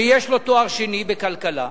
שיש לו תואר שני בכלכלה,